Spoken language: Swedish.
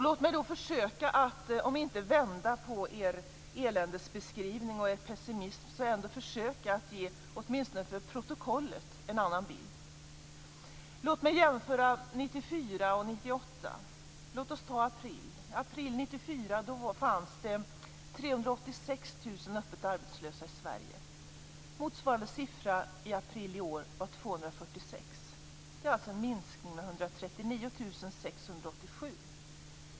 Låt mig då försöka om inte vända på er eländesbeskrivning och er pessimism ändå försöka att ge, åtminstone för protokollet, en annan bild. Låt mig jämföra april 1994 med april 1998. I april 1994 fanns det 386 000 öppet arbetslösa i Sverige. Motsvarande siffra i april i år var 246 000. Det är alltså en minskning med 139 687.